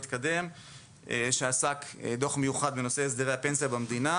דוח מיוחד בנושא הסדרי הפנסיה במדינה.